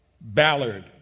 Ballard